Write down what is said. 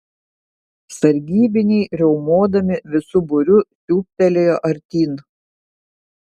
sargybiniai riaumodami visu būriu siūbtelėjo artyn